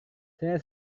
saya